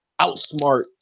outsmart